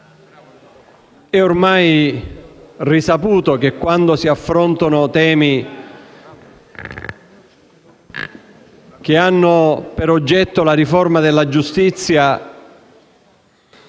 è ormai risaputo che, quando si affrontano temi che hanno per oggetto la riforma della giustizia,